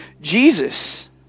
Jesus